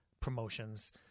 promotions